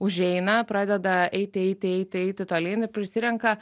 užeina pradeda eiti eiti eiti eiti tolyn ir prisirenka